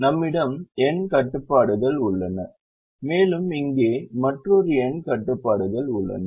நம்மிடம் n கட்டுப்பாடுகள் உள்ளன மேலும் இங்கே மற்றொரு n கட்டுப்பாடுகள் உள்ளன